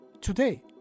today